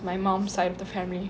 my mum's side of the family